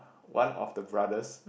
one of the brothers